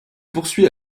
poursuit